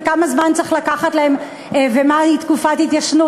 כמה זמן צריך לקחת להן ומה היא תקופת התיישנות.